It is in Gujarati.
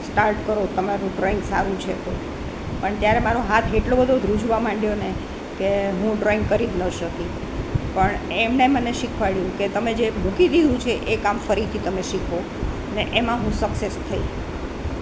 સ્ટાર્ટ કરો તમારું ડ્રોઈંગ સારું છે તો પણ ત્યારે મારો હાથ એટલો બધો ધ્રૂજવા માંડ્યો ને કે હું ડ્રોઈંગ કરી જ ન શકી પણ એમણે મને શીખવાડ્યું કે તમે જે મૂકી દીધું છે એ કામ ફરીથી તમે શીખો ને એમાં હું સક્સેસ થઈ